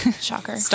Shocker